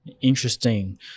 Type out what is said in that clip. interesting